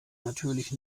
natürlich